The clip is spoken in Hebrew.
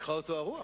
לקחה אותו הרוח.